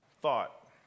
thought